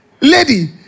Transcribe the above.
Lady